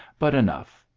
but enough,